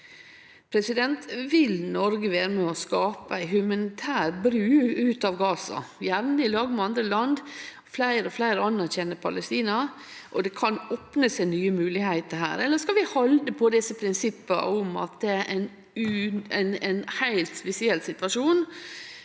sjanse. Vil Noreg vere med og skape ei humanitær bru ut av Gaza, gjerne i lag med andre land? Fleire og fleire anerkjenner Palestina, og det kan opne seg nye moglegheiter her. Eller skal vi halde på desse prinsippa om at ein heilt spesiell situasjon